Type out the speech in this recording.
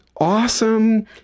awesome